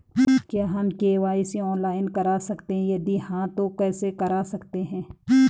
क्या हम KYC online करा सकते हैं यदि हाँ तो कैसे करा सकते हैं?